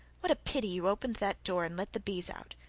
what a pity you opened that door and let the bees out!